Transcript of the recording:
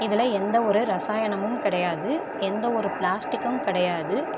இதில் எந்த ஒரு ரசாயனமும் கிடையாது எந்த ஒரு பிளாஸ்டிக்கும் கிடையாது